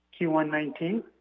Q119